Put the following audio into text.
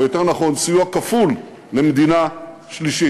או יותר נכון סיוע כפול למדינה שלישית: